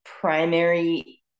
primary